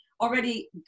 already